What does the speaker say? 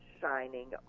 shining